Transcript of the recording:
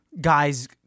guys